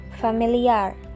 familiar